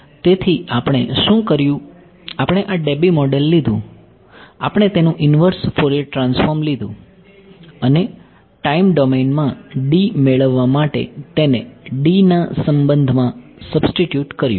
તેથી આપણે શું કર્યું આપણે આ Debye મોડલ લીધું આપણે તેનું ઇન્વર્સ ફોરિયર ટ્રાન્સફોર્મ લીધું અને ટાઈમ ડોમેનમાં D મેળવવા માટે તેને D ના સંબંધમાં સબ્સ્ટીટ્યુટ કર્યું